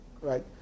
right